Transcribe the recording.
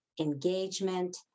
engagement